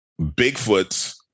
Bigfoots